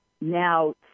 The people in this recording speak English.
now